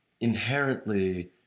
inherently